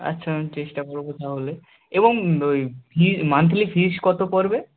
আচ্ছা আমি চেষ্টা করব তাহলে এবং ওই ফি মান্থলি ফিজ কত পড়বে